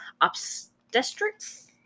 Obstetrics